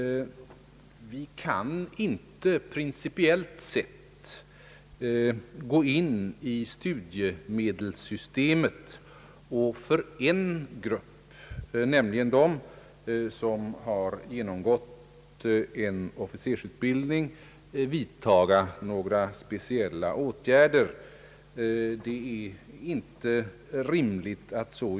Principiellt sett kan vi inte gå in i studiemedelssystemet och för en grupp — de som har genomgått officersutbildning — vidtaga några speciella åtgärder. Det är inte rimligt att göra så.